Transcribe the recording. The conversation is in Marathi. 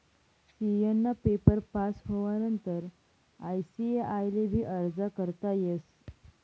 सी.ए ना पेपर पास होवानंतर आय.सी.ए.आय ले भी अर्ज करता येस